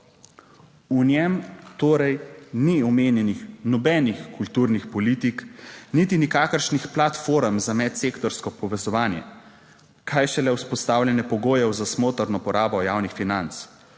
V njem torej ni omenjenih nobenih kulturnih politik niti nikakršnih platform za medsektorsko povezovanje, kaj šele vzpostavljanje pogojev za smotrno porabo javnih financ,